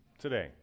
today